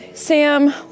Sam